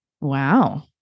wow